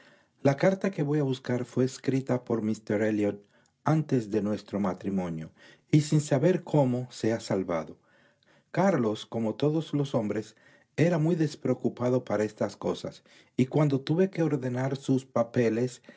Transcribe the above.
la carta que voy a buscar fué escrita por míster elliot antes de nuestro matrimonio y sin saber cómo se ha salvado carlos como todos los hombres era muy despreocupado para estas cosas y cuando tuve que ordenar sus papeles